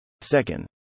Second